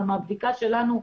אבל מהבדיקה שלנו,